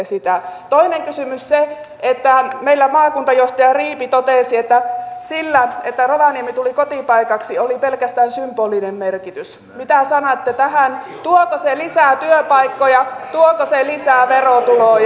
sitä toinen kysymys liittyy siihen että meillä maakuntajohtaja riipi totesi että sillä että rovaniemi tuli kotipaikaksi oli pelkästään symbolinen merkitys mitä sanotte tähän tuoko se lisää työpaikkoja tuoko se lisää verotuloja